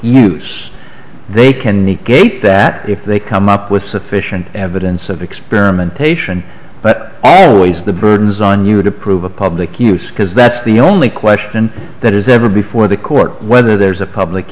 use they can negate that if they come up with sufficient evidence of experimentation but always the burden is on you to prove a public use because that's the only question that is ever before the court whether there's a public